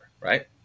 right